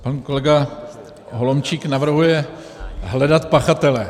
Pan kolega Holomčík navrhuje hledat pachatele.